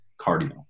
cardio